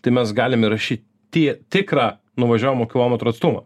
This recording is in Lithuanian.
tai mes galim įrašy tie tikrą nuvažiuojamų kilometrų atstumą